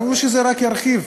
ברור שזה רק ירחיב.